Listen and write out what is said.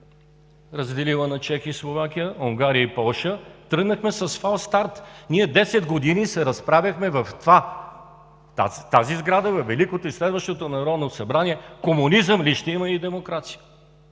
разделила на Чехия и Словакия, Унгария и Полша тръгнахме с фалстарт. Десет години ние се разправяхме в тази сграда – във Великото и следващото Народно събрание, комунизъм ли ще има, или демокрация?